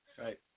Right